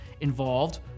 involved